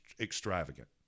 extravagant